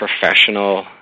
professional